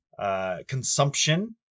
consumption